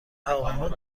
هواپیما